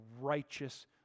righteous